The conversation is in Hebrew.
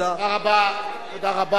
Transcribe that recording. תודה רבה.